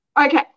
okay